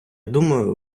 думаю